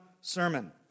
sermon